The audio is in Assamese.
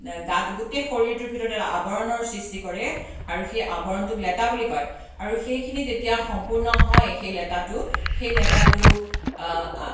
গাত গোটেই শৰীৰটোৰ ভিতৰতে এটা আৱৰণৰ সৃষ্টি কৰে আৰু সেই আৱৰণটোক লেটা বুলি কয় আৰু সেইখিনি যেতিয়া সম্পূৰ্ণ হয় সেই লেটাটো সেই লেটাটো